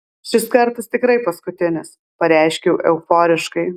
šis kartas tikrai paskutinis pareiškiau euforiškai